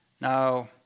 Now